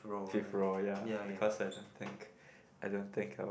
fifth roll ya because I don't think I don't think I will